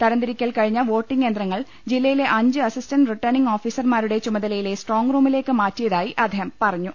തരംതിരിക്കൽ കഴിഞ്ഞ വോട്ടിങ് യന്ത്ര ങ്ങൾ ജില്ലയിലെ അഞ്ച് അസിസ്റ്റന്റ് റിട്ടേണിങ് ഓഫീസർമാരുടെ ചുമതലയിലെ സ്ട്രോങ് റൂമിലേക്ക് മാറ്റിയതായി അദ്ദേഹം പറഞ്ഞു